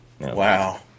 Wow